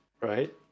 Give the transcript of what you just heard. right